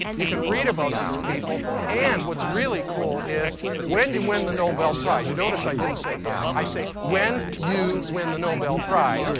you can read about these people. and what's really cool is when you win the nobel prize you notice i didn't say if i say, when you win the nobel prize,